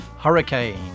Hurricane